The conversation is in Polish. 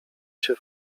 się